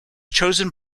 chosen